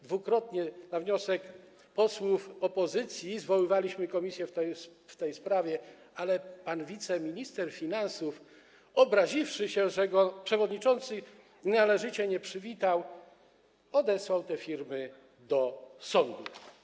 Dwukrotnie na wniosek posłów opozycji zwoływaliśmy komisję w tej sprawie, ale pan wiceminister finansów, obraziwszy się, że go przewodniczący należycie nie przywitał, odesłał te firmy do sądu.